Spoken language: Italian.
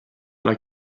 alla